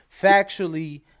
factually